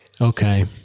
Okay